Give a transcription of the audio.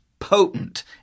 potent